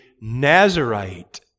Nazarite